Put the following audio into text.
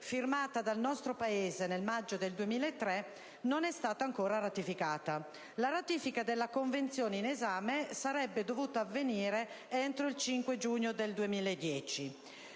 firmata dal nostro Paese nel maggio 2003, non è stata ancora ratificata. La ratifica della Convenzione sarebbe dovuta avvenire entro il 5 giugno del 2010.